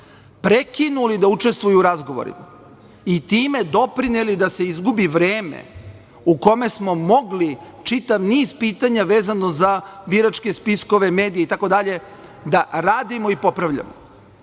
prekinuli da učestvuju u razgovorima i time doprineli da se izgubi vreme u kome smo mogli čitav niz pitanja vezano za biračke spiskove, medije itd. da radimo i popravljamo. Odgovornost